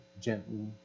gently